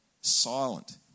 silent